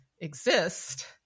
Exist